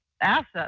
assets